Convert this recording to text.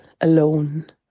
alone